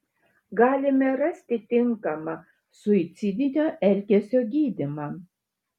galime rasti tinkamą suicidinio elgesio gydymą